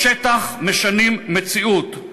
בשטח משנים מציאות,